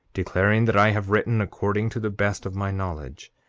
declaring that i have written according to the best of my knowledge,